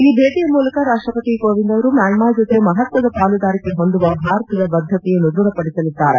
ಈ ಭೇಟಿಯ ಮೂಲಕ ರಾಷ್ಟಪತಿ ಕೋವಿಂದ್ ಅವರು ಮ್ಯಾನ್ಮಾರ್ ಜೊತೆ ಮಹತ್ವದ ಪಾಲುದಾರಿಕೆ ಹೊಂದುವ ಭಾರತದ ಬದ್ದತೆಯನ್ನು ದೃಢಪಡಿಸಲಿದ್ದಾರೆ